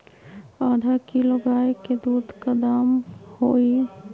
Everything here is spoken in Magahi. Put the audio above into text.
आधा किलो गाय के दूध के का दाम होई?